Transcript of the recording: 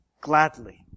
gladly